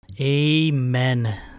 Amen